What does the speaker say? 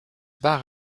bar